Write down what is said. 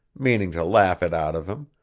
meaning to laugh it out of him,